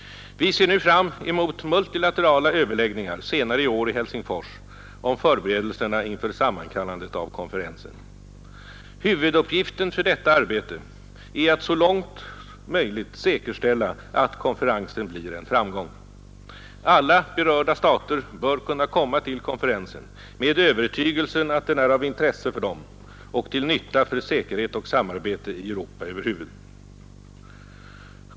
Vi ser nu fram emot multilaterala överläggningar senare i år i Helsingfors om förberedelserna inför sammankallandet av konferensen. Huvuduppgiften för detta arbete är att så långt möjligt säkerställa att konferensen blir en framgång. Alla berörda stater bör kunna komma till konferensen med övertygelsen att den är av intresse för dem och till nytta för säkerhet och samarbete i Europa över huvud.